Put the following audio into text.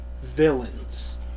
villains